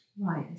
Right